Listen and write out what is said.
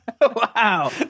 Wow